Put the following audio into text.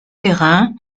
terrain